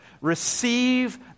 receive